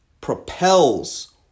propels